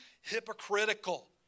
hypocritical